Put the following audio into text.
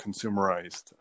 consumerized